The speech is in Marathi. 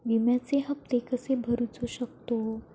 विम्याचे हप्ते कसे भरूचो शकतो?